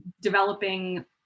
Developing